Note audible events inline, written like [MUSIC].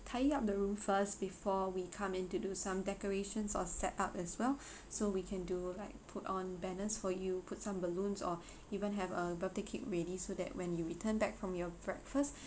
tidy up the room first before we come in to do some decorations or set up as well [BREATH] so we can do like put on banners for you put some balloons or even have a birthday cake ready so that when you return back from your breakfast